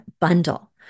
bundle